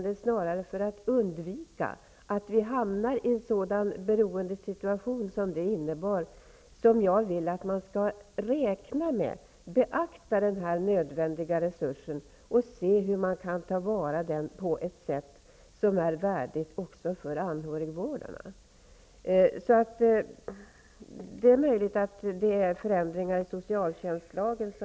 Det är snarare för att undvika att vi hamnar i en beroendesituation av det slaget som jag vill att man skall räkna med och beakta den här nödvändiga resursen och se hur man kan ta vara på den på ett sätt som är värdigt också för anhörigvårdarna. Det är möjligt att man kan göra förändringar i socialtjänstlagen.